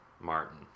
Martin